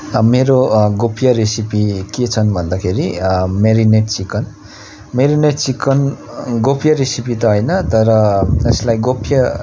मेरो गोप्य रेसिपी के छन् भन्दाखेरि मेरिनेट चिकन मेरिनेट चिकन गोप्य रेसिपी त होइन तर यसलाई गोप्य